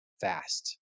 fast